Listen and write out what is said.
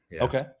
Okay